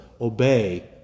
obey